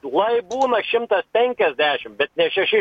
lai būna šimtas penkiasdešim bet ne šeši